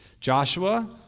Joshua